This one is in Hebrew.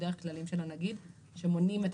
הוא דרך כללים של הנגיד שמונים את